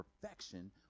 perfection